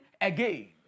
again